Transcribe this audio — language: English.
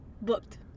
booked